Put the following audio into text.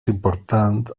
important